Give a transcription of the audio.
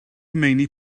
meini